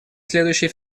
следующий